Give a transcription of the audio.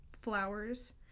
flowers